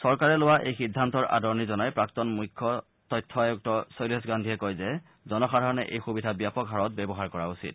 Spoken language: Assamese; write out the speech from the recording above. চৰকাৰে লোৱা এই সিদ্ধান্তৰ আদৰণি জনাই প্ৰাক্তন মুখ্য তথ্য আয়ুক্ত শৈলেশ গান্ধীয়ে কয় যে জনসাধাৰণে এই সুবিধা ব্যাপক হাৰত ব্যৱহাৰ কৰা উচিত